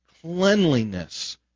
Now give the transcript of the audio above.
Cleanliness